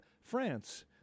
France